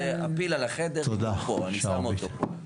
הפיל בחדר, אני שם אותו פה.